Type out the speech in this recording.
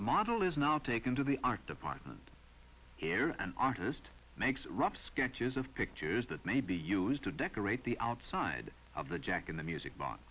the model is now taken to the art department here an artist makes rough sketches of pictures that may be used to decorate the outside of the jack in the music bo